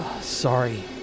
Sorry